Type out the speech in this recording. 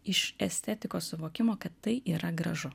iš estetikos suvokimo kad tai yra gražu